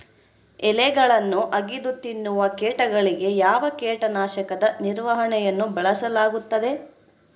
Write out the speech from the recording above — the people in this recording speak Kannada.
ಎಲೆಗಳನ್ನು ಅಗಿದು ತಿನ್ನುವ ಕೇಟಗಳಿಗೆ ಯಾವ ಕೇಟನಾಶಕದ ನಿರ್ವಹಣೆಯನ್ನು ಬಳಸಲಾಗುತ್ತದೆ?